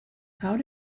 how